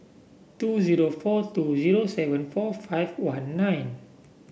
two zero four two zero seven four five one nine